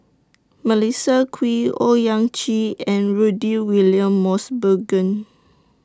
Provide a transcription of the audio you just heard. Melissa Kwee Owyang Chi and Rudy William Mosbergen